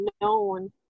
known